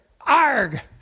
arg